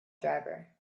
driver